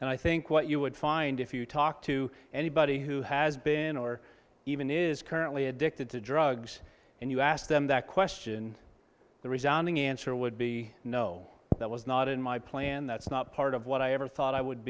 and i think what you would find if you talk to anybody who has been or even is currently addicted to drugs and you ask them that question the reasoning answer would be no that was not in my plan that's not part of what i ever thought i would